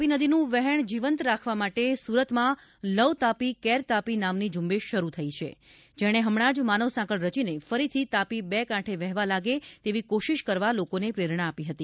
તાપી નદીનું વહેણ જીવંત રાખવા માટે સુરતમાં લવ તાપી કેર તાપી નામની ઝૂંબેશ શરૂ થઈ છે જેણે હમણાં જ માનવ સાંકળ રચીને ફરીથી તાપી બે કાંઠે વહેવા લાગે તેવી કોશિશ કરવા લોકોને પ્રેરણા આપી હતી